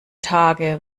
tage